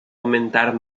aumentar